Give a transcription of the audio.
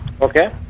Okay